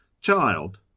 Child